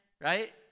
Right